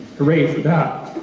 hooray that.